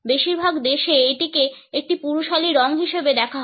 বেশিরভাগ দেশে এটিকে একটি পুরুষালি রঙ হিসাবে দেখা হয়